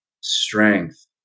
strength